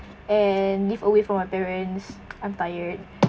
and live away from my parents I'm tired